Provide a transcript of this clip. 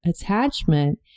attachment